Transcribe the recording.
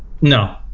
No